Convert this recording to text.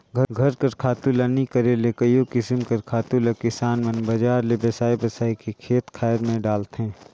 घर कर खातू ल नी करे ले कइयो किसिम कर खातु ल किसान मन बजार ले बेसाए बेसाए के खेत खाएर में डालथें